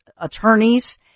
attorneys